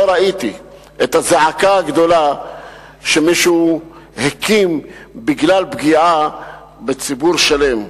לא ראיתי את הזעקה הגדולה שמישהו הקים בגלל פגיעה בציבור שלם.